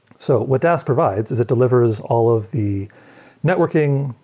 so what dask provides is a delivers all of the networking,